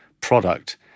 product